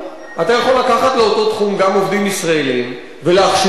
אתה יכול לקחת לאותו תחום גם עובדים ישראלים ולהכשיר אותם,